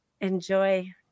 enjoy